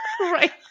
right